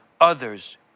others